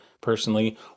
personally